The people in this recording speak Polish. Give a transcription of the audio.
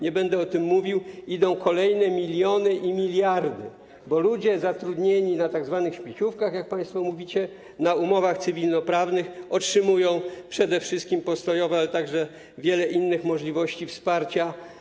nie będę o tym mówić, idą kolejne miliony i miliardy, bo ludzie zatrudnieni na tzw. śmieciówkach, jak państwo mówicie, na umowach cywilno-prawnych otrzymują przede wszystkim postojowe, ale także jest dla nich w tej chwili wiele innych możliwości wsparcia.